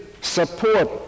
support